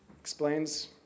explains